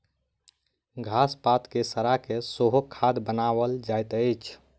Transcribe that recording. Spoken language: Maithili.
घास पात के सड़ा के सेहो खाद बनाओल जाइत अछि